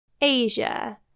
Asia